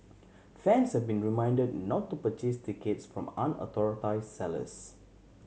fans have been reminded not to purchase tickets from sellers